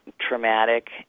traumatic